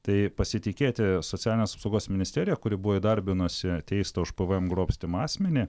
tai pasitikėti socialinės apsaugos ministerija kuri buvo įdarbinusi teistą už pvm grobstymą asmenį